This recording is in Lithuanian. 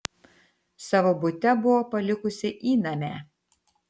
savo bute buvo palikusi įnamę